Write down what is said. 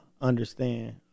understand